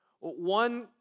One